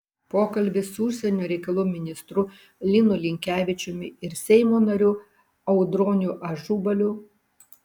pokalbis su užsienio reikalų ministru linu linkevičiumi ir seimo nariu audroniu ažubaliu